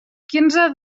quinze